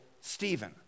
Stephen